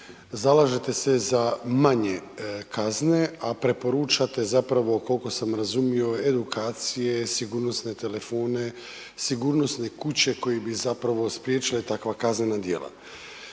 Zalažete se za manje kazne, a preporučate zapravo koliko sam razumio, edukacije, sigurnosne telefone, sigurnosne kuće koje bi zapravo spriječila takva kaznena djela.